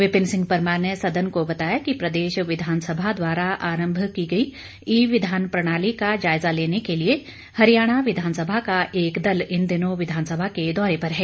विपिन सिंह परमार ने सदन को बताया कि प्रदेश विधानसभा द्वारा आरंभ की गई ई विधान प्रणाली का जायजा लेने के लिए हरियाणा विधानसभा का एक दल इन दिनों विधानसभा के दौरे पर है